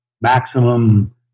maximum